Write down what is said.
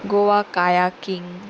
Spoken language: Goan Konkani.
गोवा काया किंग